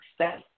success